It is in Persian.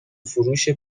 فروش